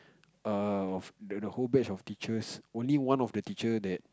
err the whole batch of teachers only one of the teacher that